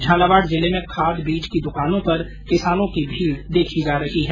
झालावाड़ जिले में खाद बीज की दुकानों पर किसानों की भीड़ देखी जा रही है